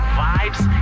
vibes